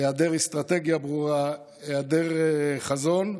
היעדר אסטרטגיה ברורה, היעדר חזון,